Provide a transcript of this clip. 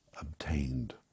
obtained